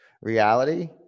Reality